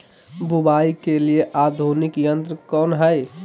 बुवाई के लिए आधुनिक यंत्र कौन हैय?